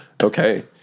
Okay